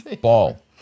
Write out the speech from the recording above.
ball